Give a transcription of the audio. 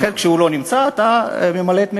לכן, כשהוא לא נמצא, אתה ממלא את מקומו.